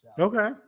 Okay